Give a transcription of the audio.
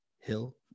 hill